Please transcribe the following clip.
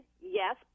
yes